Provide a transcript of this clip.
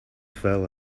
fell